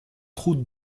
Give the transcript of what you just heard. route